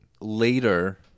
later